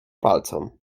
palcom